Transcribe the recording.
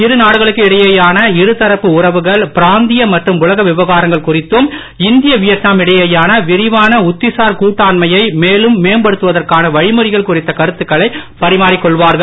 இரு நாடுகளுக்கு இடையேயான இரு தரப்பு உறவுகள் பிராந்திய மற்றும் உலக விவகாரங்கள் குறித்தும் இந்திய வியட்நாம் இடையேயான விரிவான உத்திசார் கூட்டாண்மையை மேலும் மேம்படுத்துவதற்கான வழிமுறைகள் குறித்த கருத்துக்களை பரிமாறிக்கொள்வார்கள்